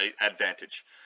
advantage